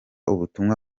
ubutumwa